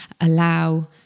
allow